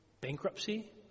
bankruptcy